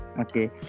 Okay